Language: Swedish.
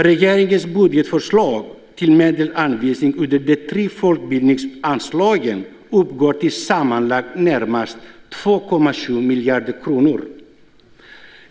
Regeringens budgetförslag till medelsanvisning under de tre folkbildningsanslagen uppgår till sammanlagt närmare 2,7 miljarder kronor.